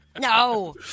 No